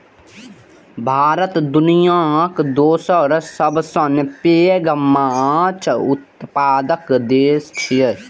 भारत दुनियाक दोसर सबसं पैघ माछ उत्पादक देश छियै